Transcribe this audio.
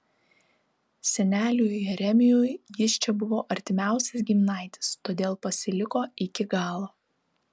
seneliui jeremijui jis čia buvo artimiausias giminaitis todėl pasiliko iki galo